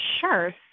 Sure